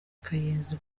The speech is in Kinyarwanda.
kayenzi